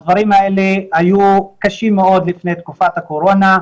הדברים האלה היו קשים מאוד לפני תקופת הקורונה,